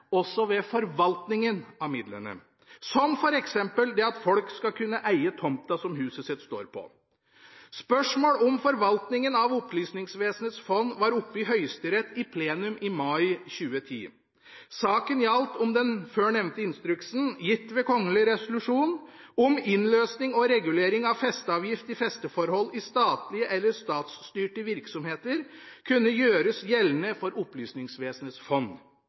også ved forvaltningen av midlene, som f.eks. at folk skal kunne eie tomta som huset deres står på. Spørsmålet om forvaltningen av Opplysningsvesenets fond var oppe i Høyesterett i plenum i mai 2010. Saken gjaldt om den før nevnte instruksen – gitt ved kongelig resolusjon – om innløsning og regulering av festeavgift i festeforhold i statlige eller statsstyrte virksomheter kunne gjøres gjeldende for Opplysningsvesenets fond.